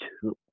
two